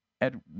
Ed